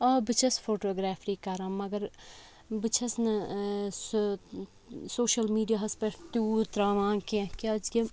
آ بہٕ چھَس فوٹوگرٛیفری کَران مگر بہٕ چھَس نہٕ سُہ سوشَل میٖڈیاہَس پٮ۪ٹھ تیوٗت ترٛاوان کیٚنٛہہ کیٛازکہِ